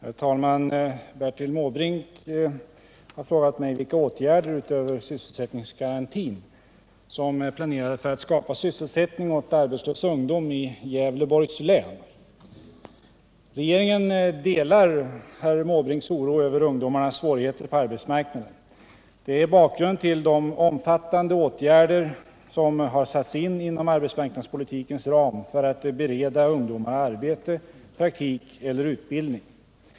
Herr talman! Bertil Måbrink har frågat mig vilka åtgärder — utöver sysselsättningsgarantin — som är planerade för att skapa sysselsättning åt arbetslös ungdom i Gävleborgs län. Regeringen delar herr Måbrinks oro över ungdomarnas svårigheter på arbetsmarknaden. Det är bakgrunden till de omfattande åtgärder som har satts in inom arbetsmarknadspolitikens ram för att bereda ungdomar arbete, praktik eller utbildning.